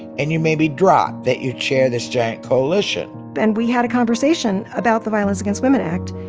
and you maybe drop that you chair this giant coalition and we had a conversation about the violence against women act.